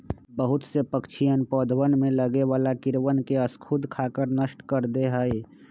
बहुत से पक्षीअन पौधवन में लगे वाला कीड़वन के स्खुद खाकर नष्ट कर दे हई